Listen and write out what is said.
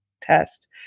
test